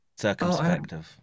circumspective